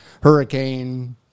hurricane